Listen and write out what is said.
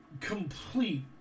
complete